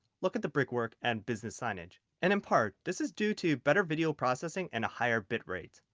look at the brickwork and business signage, and in part this is due to better video processing and a higher bitrate.